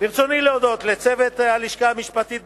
ברצוני להודות לצוות הלשכה המשפטית,